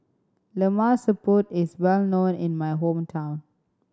Lemak Siput is well known in my hometown